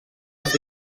els